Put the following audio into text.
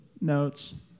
notes